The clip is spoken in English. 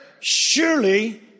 Surely